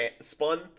spun